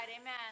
amen